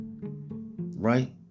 right